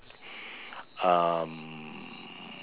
um